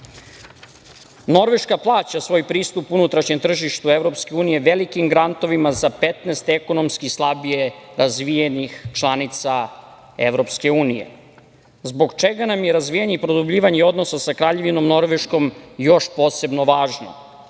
EU.Norveška plaća svoj pristup unutrašnjem tržištu EU velikim grantovima za 15 ekonomski slabije razvijenih članica EU.Zbog čega nam je razvijanje i produbljivanje odnosa sa Kraljevinom Norveškom još posebno važno?